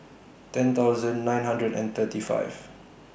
ten thousand nine hundred and thirty five